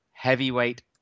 heavyweight